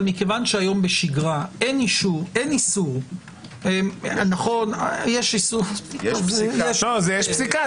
אבל מכיוון שהיום בשגרה אין איסור --- יש פסיקה --- יש פסיקה.